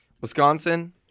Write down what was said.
Wisconsin